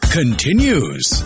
continues